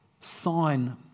sign